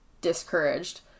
discouraged